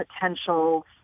potential